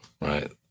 right